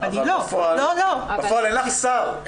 אבל בפועל אין לך שר.